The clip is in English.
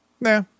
nah